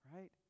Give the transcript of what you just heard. Right